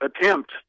attempt